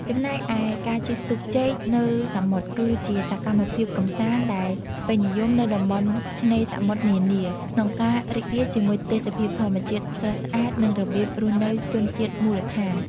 ចំណែកឯការជិះទូកចេកនៅសមុទ្រ គឺជាសកម្មភាពកម្សាន្តដែលពេញនិយមនៅតំបន់ឆ្នេរសមុទ្រនានា ក្នុងការរីករាយជាមួយទេសភាពធម្មជាតិស្រស់ស្អាត និង របៀបរស់នៅជនជាតិមូលដ្ឋាន។